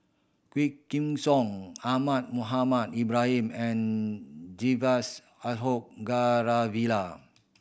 Quah Kim Song Ahmad Mohamed Ibrahim and Ashok Ghariwala